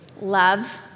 love